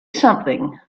something